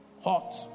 Hot